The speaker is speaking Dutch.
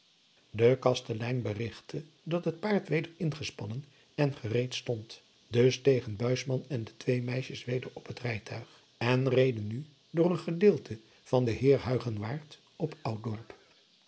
de kastelein berigtte dat het paard weder ingespannen en gereed stond dus stegen buisman en de twee meisjes weder op het rijtuig en reden nu door een gedeelte van den heer huigenwaard op